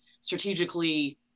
strategically